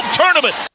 tournament